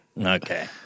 Okay